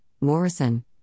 Morrison